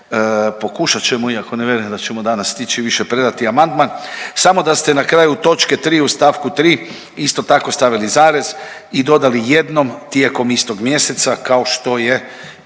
pokušat ćemo iako ne vjerujem da ćemo danas stići više predati amandman, samo da ste na kraj točke 3 u st. 3. isto tako stavili zarez i dodali jednom tijekom istog mjeseca kao što je